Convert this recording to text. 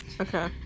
Okay